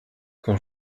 quand